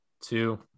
two